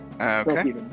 Okay